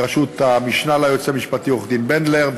בראשות המשנה ליועץ המשפטי עורכת-דין בנדלר,